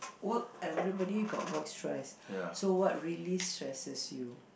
work everybody got work stress so what really stresses you